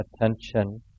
attention